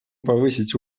повысить